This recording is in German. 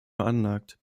veranlagt